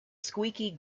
squeaky